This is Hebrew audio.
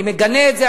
אני מגנה את זה,